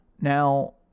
Now